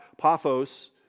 Paphos